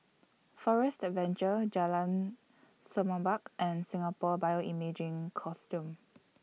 Forest Adventure Jalan Semerbak and Singapore Bioimaging Consortium